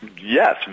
Yes